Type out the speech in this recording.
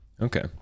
okay